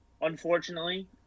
unfortunately